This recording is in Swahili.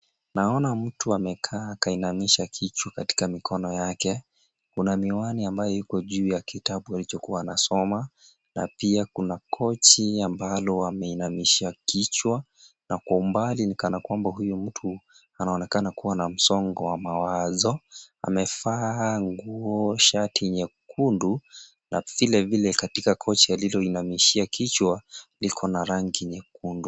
Naona mtu amekaa kainamisha kichwa katika mikono yake. Kuna miwani ambayo iko juu ya kitabu alichokuwa anasoma, na pia kuna kochi ambalo ameinamishia kichwa, na kwa umbali ni kana kwamba huyu mtu, anaonekana kuwa na msongo wa mawazo. Amevaa nguo shati nyekundu, na vilevile katika kochi aliloinamishia kichwa, liko na rangi nyekundu.